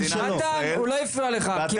מתן, הוא לא הפריע לך.